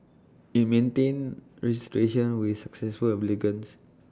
IT maintain registration with successful applicants